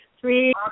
three